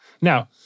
Now